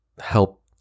help